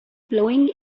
plowing